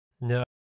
No